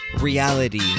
reality